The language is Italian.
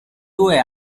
due